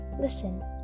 Listen